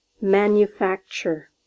Manufacture